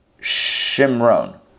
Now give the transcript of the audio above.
Shimron